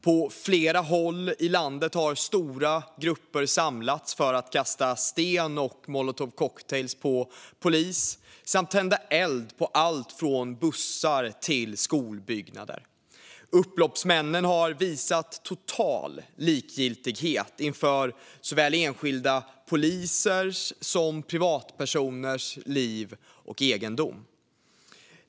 På flera håll i landet har stora grupper samlats för att kasta sten och molotovcocktails på polis samt tända eld på allt från bussar till skolbyggnader. Upploppsmännen har visat total likgiltighet inför såväl enskilda polisers som privatpersoners liv och egendom.